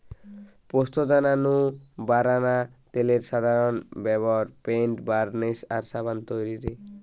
পোস্তদানা নু বারানা তেলের সাধারন ব্যভার পেইন্ট, বার্নিশ আর সাবান তৈরিরে